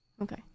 Okay